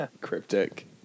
cryptic